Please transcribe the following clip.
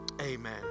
Amen